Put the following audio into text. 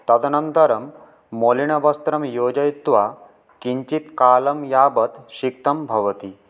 तदनन्तरं मोलनवस्त्रं योजयित्वा किञ्चित् कालं यावत् सिक्तं भवति